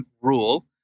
rule